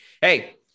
Hey